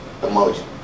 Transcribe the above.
emoji